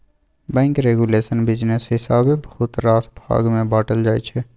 bank regulation business हिसाबेँ बहुत रास भाग मे बाँटल जाइ छै